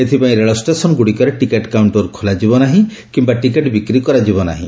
ଏଥିପାଇଁ ରେଳ ଷ୍ଟେସନ୍ଗୁଡ଼ିକରେ ଟିକେଟ୍ କାଉଣ୍ଟର ଖୋଲାଯିବ ନାହିଁ କିମ୍ବା ଟିକେଟ୍ ବିକ୍ରି କରାଯିବ ନାହିଁ